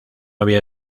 había